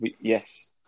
yes